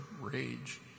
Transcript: rage